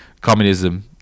communism